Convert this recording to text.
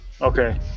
okay